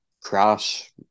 crash